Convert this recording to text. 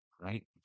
right